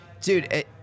Dude